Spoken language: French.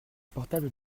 portable